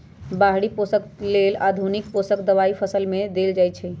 बाहरि पोषक लेल आधुनिक पोषक दबाई फसल में देल जाइछइ